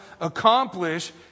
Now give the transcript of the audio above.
accomplish